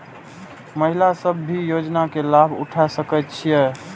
महिला सब भी योजना के लाभ उठा सके छिईय?